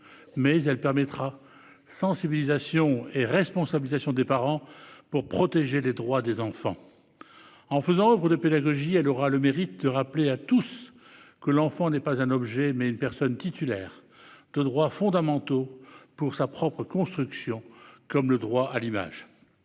mais elle permettra sensibilisation et responsabilisation des parents pour protéger les droits des enfants. En faisant oeuvre de pédagogie, elle aura le mérite de rappeler à tous que l'enfant n'est pas un objet, mais une personne titulaire de droits fondamentaux pour sa propre construction, comme le droit à l'image.